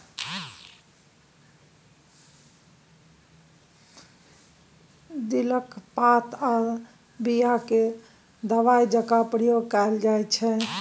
दिलक पात आ बीया केँ दबाइ जकाँ प्रयोग कएल जाइत छै